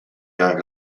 jaar